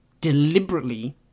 deliberately